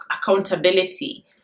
accountability